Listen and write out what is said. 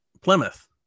plymouth